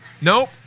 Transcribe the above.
Nope